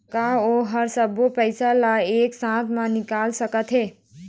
का ओ हर सब्बो पैसा ला एक साथ म निकल सकथे?